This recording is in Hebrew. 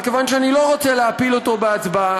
אבל כיוון שאני לא רוצה להפיל אותו בהצבעה,